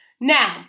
Now